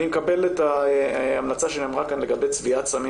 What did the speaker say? אני מקבל את ההמלצה שנאמרה כאן לגבי צביעת סמים